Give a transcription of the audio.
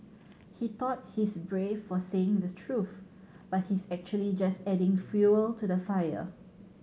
he thought he's brave for saying the truth but he's actually just adding fuel to the fire